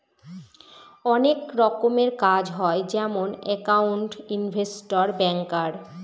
অনেক রকমের কাজ হয় যেমন একাউন্ট, ইনভেস্টর, ব্যাঙ্কার